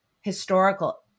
historical